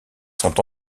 sont